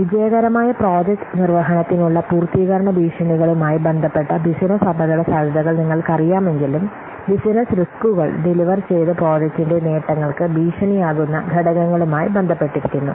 വിജയകരമായ പ്രോജക്റ്റ് നിർവ്വഹണത്തിനുള്ള പൂർത്തീകരണ ഭീഷണികളുമായി ബന്ധപ്പെട്ട ബിസിനസ്സ് അപകടസാധ്യതകൾ നിങ്ങൾക്കറിയാമെങ്കിലും ബിസിനസ് റിസ്ക്കുകൾ ഡെലിവർ ചെയ്ത പ്രോജക്റ്റിന്റെ നേട്ടങ്ങൾക്ക് ഭീഷണിയാകുന്ന ഘടകങ്ങളുമായി ബന്ധപ്പെട്ടിരിക്കുന്നു